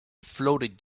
floated